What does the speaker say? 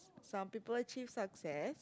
some people chase success